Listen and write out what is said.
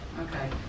Okay